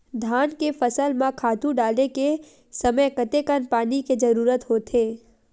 धान के फसल म खातु डाले के समय कतेकन पानी के जरूरत होथे?